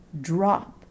drop